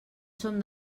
som